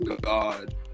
God